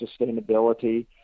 sustainability